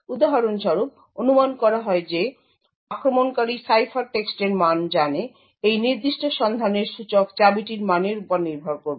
উদাহরণস্বরূপ অনুমান করা হয় যে আক্রমণকারী সাইফারটেক্সটের মান জানে এই নির্দিষ্ট সন্ধানের সূচক চাবিটির মানের উপর নির্ভর করবে